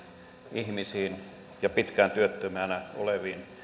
ihmisiin ja pitkään työttömänä oleviin